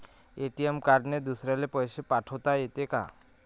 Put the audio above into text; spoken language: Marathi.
ए.टी.एम कार्डने दुसऱ्याले पैसे पाठोता येते का?